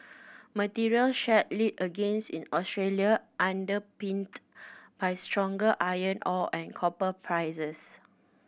materials share led agains in Australia underpinned by stronger iron ore and copper prices